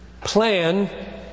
plan